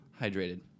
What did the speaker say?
hydrated